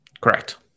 correct